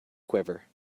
quiver